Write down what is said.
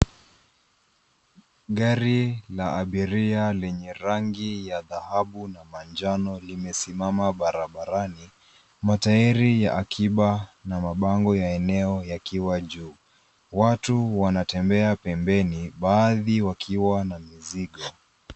Gari la abiria lenye rangi ya dhahabu na manjano limesimama barabarani. Matairi ya akiba na mabango ya eneo yakiwa juu. Watu wanatembea pembeni baadhi wakiwa na mizigo.